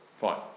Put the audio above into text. Fine